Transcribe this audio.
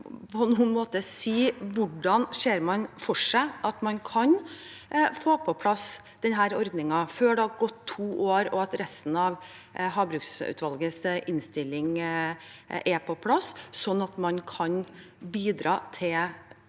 hvordan man ser for seg at man kan få på plass denne ordningen før det har gått to år og resten av havbruksutvalgets innstilling er på plass, slik at man kan bidra til